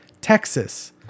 Texas